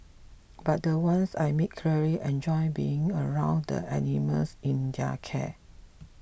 but the ones I meet clearly enjoy being around the animals in their care